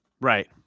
Right